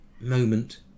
moment